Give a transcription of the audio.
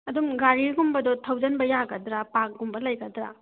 ꯑꯗꯨꯝ ꯒꯥꯔꯤꯒꯨꯝꯕꯗꯣ ꯊꯧꯖꯟꯕ ꯌꯥꯒꯗ꯭ꯔꯥ ꯄꯥꯔꯛ ꯀꯨꯝꯕ ꯂꯩꯒꯗ꯭ꯔꯥ